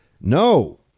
No